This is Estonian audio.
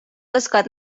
oskavad